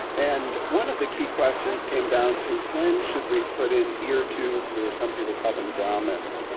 and one of the key questions came down to when should we put in ear tubes, or some people call them grommets,